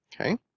Okay